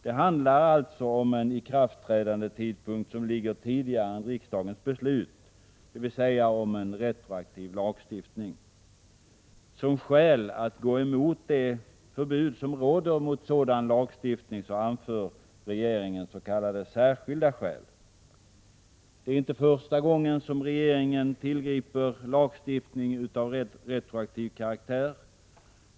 Det handlar alltså om en ikraftträdandetidpunkt som ligger tidigare än riksdagens beslut, dvs. om retroaktiv lagstiftning. Som skäl att gå emot det förbud som råder mot sådan lagstiftning anför regeringen s.k. särskilda skäl. Det är inte första gången som regeringen tillgriper lagstiftning av retroaktiv karaktär.